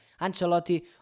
Ancelotti